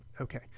Okay